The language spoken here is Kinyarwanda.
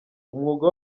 umwuga